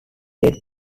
yet